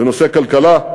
בנושאי כלכלה,